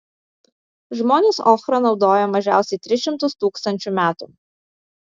žmonės ochrą naudoja mažiausiai tris šimtus tūkstančių metų